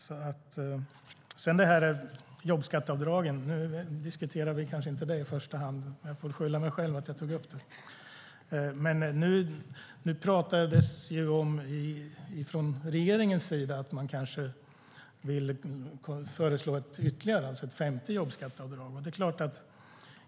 Nu diskuterar vi inte jobbskatteavdragen i första hand, men jag får skylla mig själv för att jag tog upp dem. Nu pratas det från regeringens sida om att föreslå ett ytterligare avdrag, det vill säga ett femte jobbskatteavdrag.